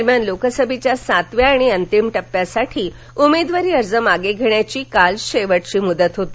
दरम्यानलोकसभेच्या सातव्या आणि अंतिम टप्प्यासाठी उमेदवारी अर्ज मागे घेण्याची काल शेवटची मुदत होती